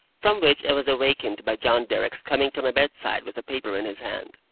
from which i was awakened by john derrick's coming to my bedside with a paper in his hand.